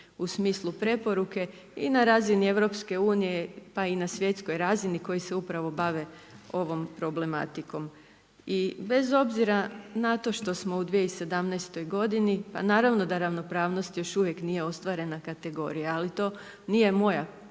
u smislu preporuke i na razini EU pa i na svjetskoj razni koji se upravo bave ovom problematikom. I bez obzira na to što smo u 2017. godini, pa naravno da ravnopravnost još uvijek nije ostvarena kategorija. Ali to nije moja osobna